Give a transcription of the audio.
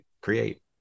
create